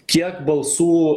kiek balsų